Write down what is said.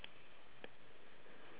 okay what